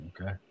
okay